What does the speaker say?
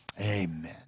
amen